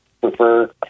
prefer